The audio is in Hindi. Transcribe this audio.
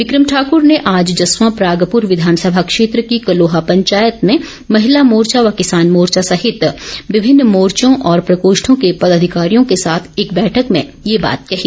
बिक्रम ठाकुर ने आज जसवां परागपुर विधानसभा क्षेत्र की कलोहा पंचायत में महिला मोर्चा व किसान मोर्चा सहित विभिन्न मोर्चों और प्रकोष्ठों के पदाधिकारियों के साथ एक बैठक में ये बात कही